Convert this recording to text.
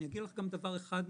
אני אגיד לך גם דבר אחד נוסף.